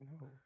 No